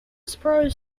suppose